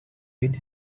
eat